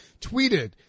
tweeted